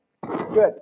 Good